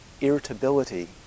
irritability